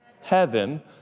heaven